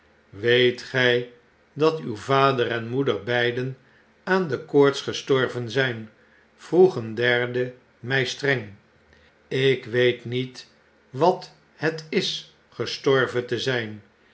weet grj dat uw vader en moeder beiden aan de koor'ts gestorven zyn vroeg een derde mii streng ik weet niet wat het is gestorven te zyn